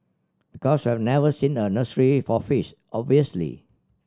because we have never seen a nursery for fish obviously